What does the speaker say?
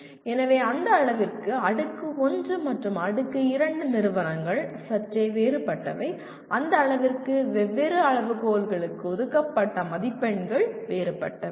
எனவே அந்த அளவிற்கு அடுக்கு 1 மற்றும் அடுக்கு 2 நிறுவனங்கள் சற்றே வேறுபட்டவை அந்த அளவிற்கு வெவ்வேறு அளவுகோல்களுக்கு ஒதுக்கப்பட்ட மதிப்பெண்கள் வேறுபட்டவை